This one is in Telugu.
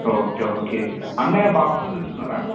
ఓకే ఓకే అన్నయ్య బాప్టిజం తీసుకున్నారా